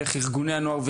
ארגוני נוער,